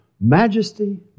majesty